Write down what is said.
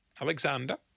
Alexander